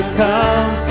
come